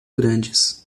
grandes